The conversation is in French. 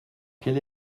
quel